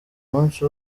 munsi